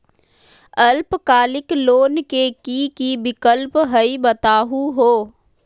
अल्पकालिक लोन के कि कि विक्लप हई बताहु हो?